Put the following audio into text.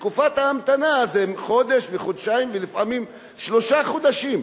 ותקופת ההמתנה זה חודש וחודשיים ולפעמים שלושה חודשים,